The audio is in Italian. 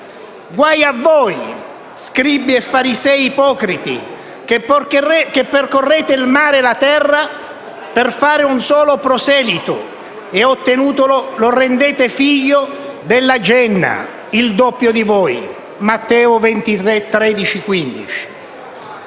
Guai a voi, scribi e farisei ipocriti, che percorrete il mare e la terra per fare un solo proselito e, ottenutolo, lo rendete figlio della Geenna il doppio di voi» (Matteo 23:13-15).